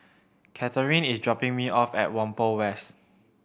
Catharine is dropping me off at Whampoa West